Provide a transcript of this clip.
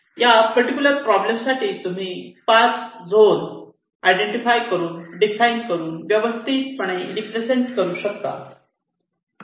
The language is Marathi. या पर्टिक्युलर प्रॉब्लेम साठी तुम्ही 5 झोन आयडेंटिफाय करून डिफाइन करून व्यवस्थितपणे रिप्रेझेंट करू शकतात